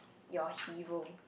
your hero